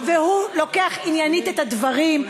והוא לוקח עניינית את הדברים,